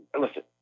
Listen